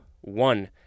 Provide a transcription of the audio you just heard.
One